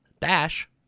Dash